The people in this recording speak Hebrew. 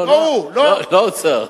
לא האוצר.